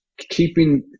keeping